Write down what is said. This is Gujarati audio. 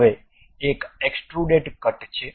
હવે એક એક્સ્ટ્રુડેડ કટ છે